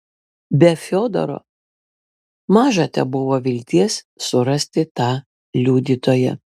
be fiodoro maža tebuvo vilties surasti tą liudytoją